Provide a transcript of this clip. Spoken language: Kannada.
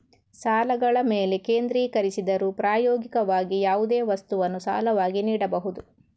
ಸಾಲಗಳ ಮೇಲೆ ಕೇಂದ್ರೀಕರಿಸಿದರೂ, ಪ್ರಾಯೋಗಿಕವಾಗಿ, ಯಾವುದೇ ವಸ್ತುವನ್ನು ಸಾಲವಾಗಿ ನೀಡಬಹುದು